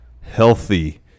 healthy